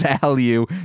value